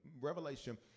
Revelation